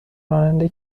راننده